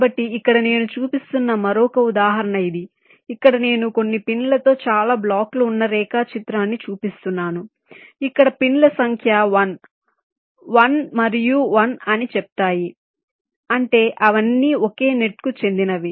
కాబట్టి ఇక్కడ నేను చూపిస్తున్న మరొక ఉదాహరణ ఇది ఇక్కడ నేను కొన్ని పిన్లతో చాలా బ్లాక్లు ఉన్న రేఖాచిత్రాన్ని చూపిస్తున్నాను ఇక్కడ పిన్ల సంఖ్య 1 1 మరియు 1 అని చెప్తాయి అంటే అవన్నీ ఒకే నెట్కు చెందినవి